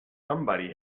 somebody